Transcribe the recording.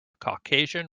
caucasian